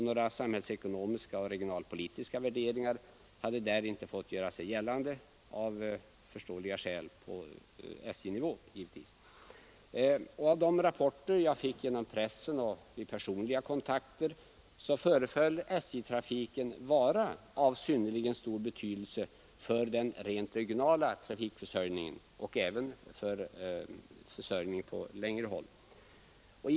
Några samhällsekonomiska och regionalpolitiska värderingar hade av förståeliga skäl — beslutet fattades ju på SJ-nivå — inte fått göra sig gällande. Av de rapporter jag fick genom pressen och vid personliga kontakter föreföll SJ-trafiken vara av synnerligen stor betydelse för den regionala trafikförsörjningen och även för trafikförsörjningen över längre avstånd.